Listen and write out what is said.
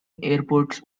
airports